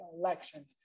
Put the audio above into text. election